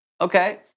Okay